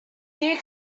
deer